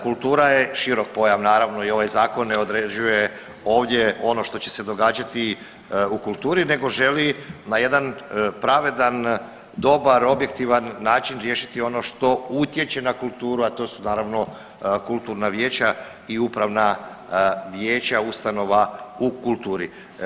Kultura je širok pojam naravno i ovaj zakon ne određuje ovdje ono što će se događati u kulturi, nego želi na jedan pravedan, dobar, objektivan način riješiti ono što utječe na kulturu, a to su naravno kulturna vijeća i upravna vijeća ustanova u kulturi.